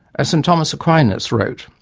as st thomas aquinas wrote,